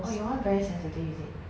oh your one very sensitive is it